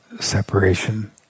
separation